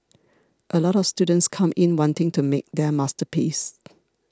a lot of students come in wanting to make their masterpiece